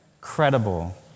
credible